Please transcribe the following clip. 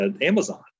Amazon